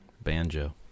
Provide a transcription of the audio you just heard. Banjo